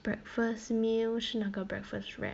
breakfast meal 是那个 breakfast wrap